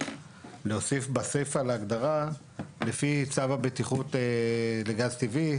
להוסיף בסיפה להגדרה לפי צו הבטיחות לגז טבעי.